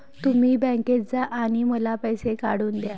तुम्ही बँकेत जा आणि मला पैसे काढून दया